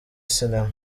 sinema